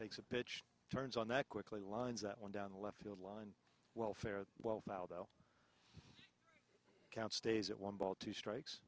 takes a pitch turns on that quickly lines that one down the left field line welfare well now though count stays at one ball two strikes